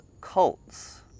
cults